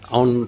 on